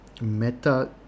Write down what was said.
meta